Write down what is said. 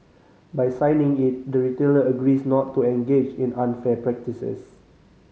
by signing it the retailer agrees not to engage in unfair practices